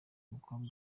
umukobwa